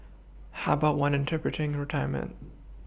how about one interpreting retirement